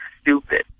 stupid